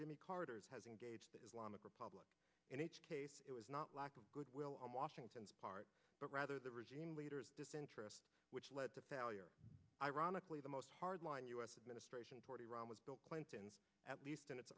jimmy carter has engaged islamic republic in each case it was not lack of goodwill on washington's part but rather the regime leaders disinterest which led to failure ironically the most hardline u s administration forty run was bill clinton's at least in it